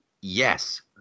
Yes